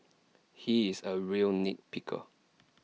he is A real nit picker